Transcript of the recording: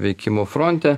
veikimo fronte